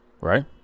Right